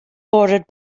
bordered